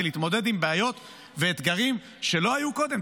להתמודד עם בעיות ואתגרים שלא היו קודם?